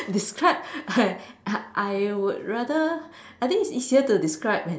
describe I I would rather I think it's easier to describe an